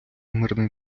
мирний